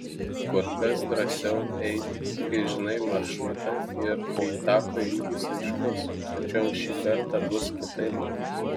kur kas drąsiau eiti kai žinai maršrutą ir kai tako ilgis aiškus tačiau šį kartą bus kitaip